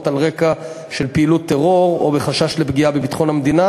על רקע של פעילות טרור או בחשש לפגיעה בביטחון המדינה,